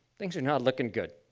things are not looking good.